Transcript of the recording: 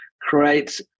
create